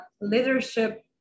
leadership